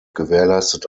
gewährleistet